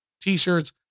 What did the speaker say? t-shirts